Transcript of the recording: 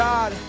God